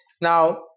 Now